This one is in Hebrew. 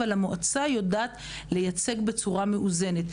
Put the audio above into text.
אבל המועצה יודעת לייצג בצורה מאוזנת.